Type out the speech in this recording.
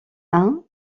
hein